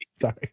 Sorry